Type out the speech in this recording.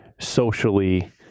socially